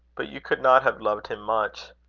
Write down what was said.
but you could not have loved him much.